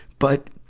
but,